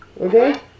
Okay